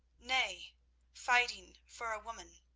nay fighting for a woman.